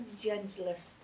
gentlest